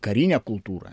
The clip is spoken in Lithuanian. karinę kultūrą